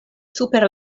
super